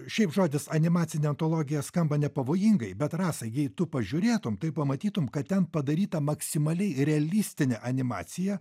šiaip žodis animacinė antologija skamba nepavojingai bet rasa jei tu pažiūrėtum tai pamatytum kad ten padaryta maksimaliai realistinė animacija